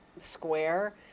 square